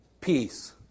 peace